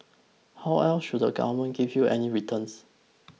how else should the government give you any returns